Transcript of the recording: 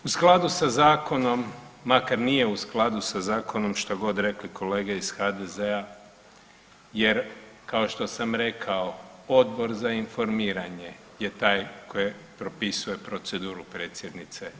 U skladu sa zakonom, makar nije u skladu sa zakonom, što god rekli iz HDZ-a jer, kao što sam rekao, Odbor za informiranje je taj koji propisuje proceduru predsjednice.